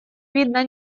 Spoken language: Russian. видно